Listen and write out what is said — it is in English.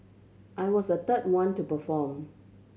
I was the third one to perform